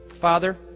Father